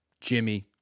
Jimmy